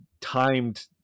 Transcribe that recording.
timed